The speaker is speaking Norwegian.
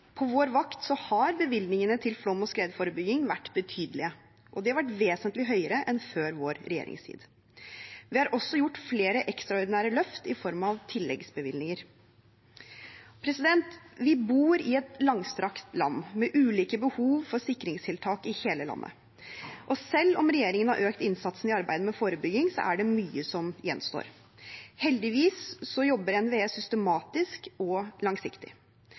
på alvor. På vår vakt har bevilgningene til flom- og skredforebygging vært betydelige, og de har vært vesentlig høyere enn før vår regjeringstid. Vi har også gjort flere ekstraordinære løft i form av tilleggsbevilgninger. Vi bor i et langstrakt land, med ulike behov for sikringstiltak i hele landet, og selv om regjeringen har økt innsatsen i arbeidet med forebygging, er det mye som gjenstår. Heldigvis jobber NVE systematisk og langsiktig.